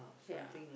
ya